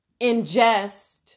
ingest